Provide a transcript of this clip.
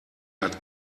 hat